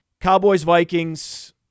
Cowboys-Vikings